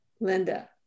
Linda